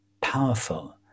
powerful